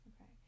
Okay